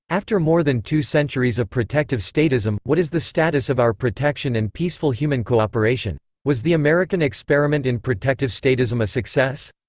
after more than two centuries of protective statism, what is the status of our protection and peaceful human cooperation? was the american experiment in protective statism a success?